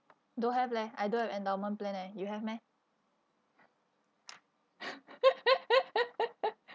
don't have leh I don't have endowment plan leh you have meh